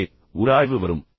எனவே உராய்வு வரும்